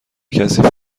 کثیف